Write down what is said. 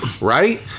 right